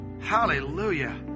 Hallelujah